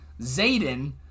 Zayden